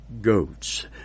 goats